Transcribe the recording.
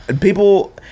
People